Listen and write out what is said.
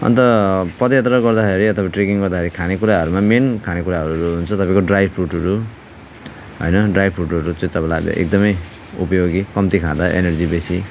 अन्त पदयात्रा गर्दाखेरि या तपाईँको ट्रेकिङ गर्दाखेरि खानेकुरामा मेन खानेकुराहरू हुन्छ तपाईँको ड्राई फ्रुटहरू होइन ड्राई फ्रुटहरू चाहिँ तपाईँलाई अझै एकदमै उपयोगी कम्ती खाँदा एनर्जी बेसी